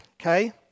okay